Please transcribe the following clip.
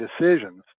decisions